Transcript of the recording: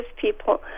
people